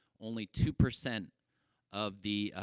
only two percent of the, ah,